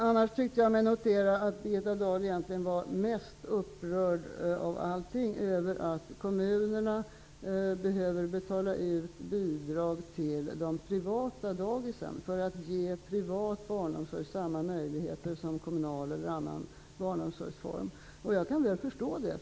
Annars tyckte jag mig notera att det Birgitta Dahl mest av allt var upprörd över var att kommunerna behöver betala ut bidrag till de privata dagisen, för att ge privat barnomsorg samma möjligheter som kommunal eller annan barnomsorg. Jag kan förstå det.